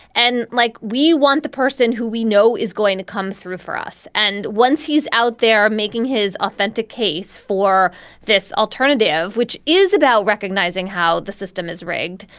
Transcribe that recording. and like, we want the person who we know is going to come through for us. and once he's out there making his authentic case for this alternative, which is about recognizing how the system is rigged,